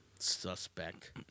Suspect